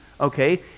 okay